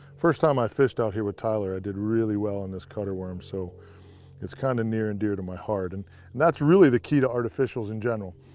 first time i fished out here with tyler, i did really well on this cut-r worm. so it's kind of near and dear to my heart. and that's really the key to artificials in general.